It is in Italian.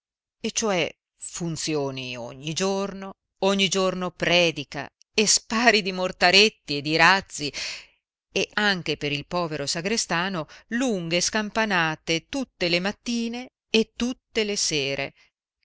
e fatiche cioè funzioni ogni giorno ogni giorno predica e spari di mortaretti e di razzi e anche per il povero sagrestano lunghe scampanate tutte le mattine e tutte le sere